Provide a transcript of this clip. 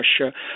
Russia